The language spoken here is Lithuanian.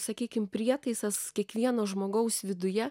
sakykim prietaisas kiekvieno žmogaus viduje